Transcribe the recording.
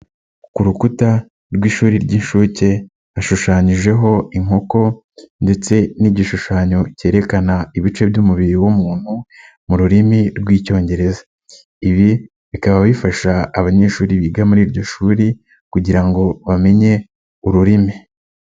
Ku rukuta rw'ishuri ry'inshuke, hashushanyijeho inkoko ndetse n'igishushanyo cyerekana ibice by'umubiri w'umuntu mu rurimi rw'Icyongereza. Ibi bikaba bifasha abanyeshuri biga muri iryo shuri kugira ngo bamenye ururimi.